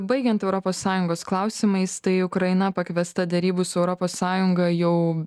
baigiant europos sąjungos klausimais tai ukraina pakviesta derybų su europos sąjunga jau